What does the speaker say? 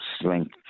strength